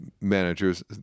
managers